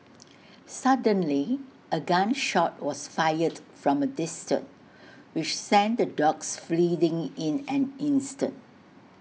suddenly A gun shot was fired from A distance which sent the dogs fleeing in an instant